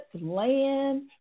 land